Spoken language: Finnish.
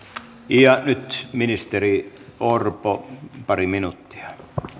ja nyt ministeri orpo pari minuuttia